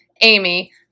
amy